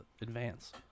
advance